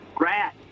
Rat